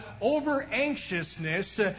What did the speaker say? over-anxiousness